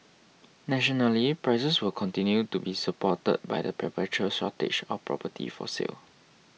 nationally prices will continue to be supported by the perpetual shortage of property for sale